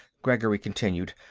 gregory continued.